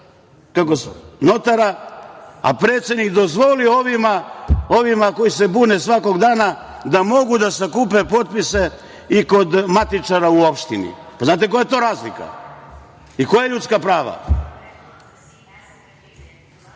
kod notara, a predsednik dozvolio ovima koji se bune svakog dana da mogu da sakupe potpise i kod matičara u opštini. Znate li koja je to razlika? Koja ljudska prava?